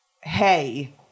hey